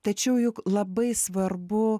tačiau juk labai svarbu